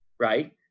right